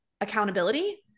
accountability